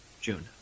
June